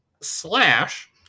Slash